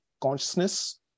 consciousness